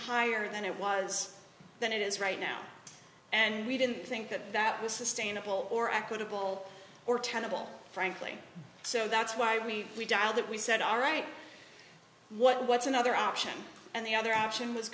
higher than it was than it is right now and we didn't think that that was sustainable or equitable or tenable frankly so that's why we we dial that we said all right what's another option and the other option was